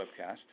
webcast